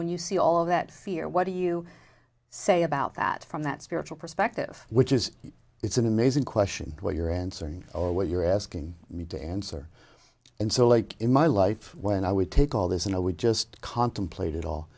when you see all of that fear what do you say about that from that spiritual perspective which is it's an amazing question what you're answering or what you're asking me to answer and so like in my life when i would take all this and i would just contemplate it all